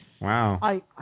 Wow